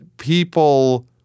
People